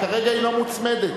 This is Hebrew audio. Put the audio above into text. כרגע היא לא מוצמדת.